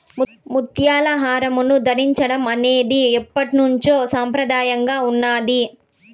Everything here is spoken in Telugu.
ముత్యాలను ధరించడం అనేది ఎప్పట్నుంచో సంప్రదాయంగా ఉన్నాది